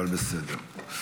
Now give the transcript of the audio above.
אבל בסדר.